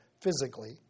physically